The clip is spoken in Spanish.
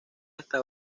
está